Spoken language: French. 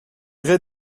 gré